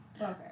Okay